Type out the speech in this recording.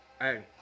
Hey